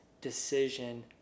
decision